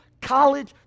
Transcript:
college